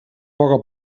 poc